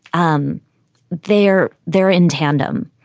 um they're there in tandem.